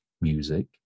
music